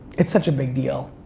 it's such a big deal.